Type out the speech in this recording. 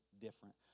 different